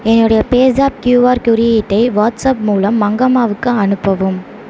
என்னுடைய பேஸாப் கியூஆர் குறியீட்டை வாட்ஸாப் மூலம் மங்கம்மாவுக்கு அனுப்பவும்